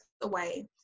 away